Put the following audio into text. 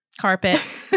carpet